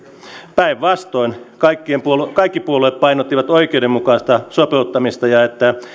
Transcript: päinvastoin kaikki puolueet painottivat oikeudenmukaista sopeuttamista ja että